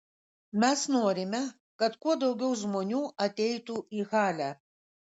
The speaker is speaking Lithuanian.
mes norime kad kuo daugiau žmonių ateitų į halę